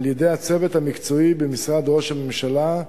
על-ידי הצוות המקצועי במשרד ראש הממשלה,